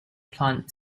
plant